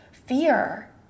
fear